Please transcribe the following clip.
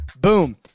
Boom